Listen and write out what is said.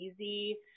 easy